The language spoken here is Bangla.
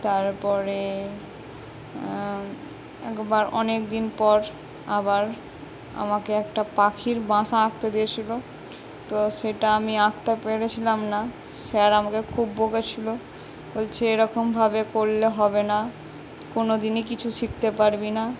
তারপরে একবার অনেক দিন পর আবার আমাকে একটা পাখির বাঁসা আঁকতে দিয়েছিলো তো সেটা আমি আঁকতে পেরেছিলাম না স্যার আমাকে খুব বকেছিলো বলছে এরকম ভাবে করলে হবে না কোনো দিনই কিছু শিখতে পারবি না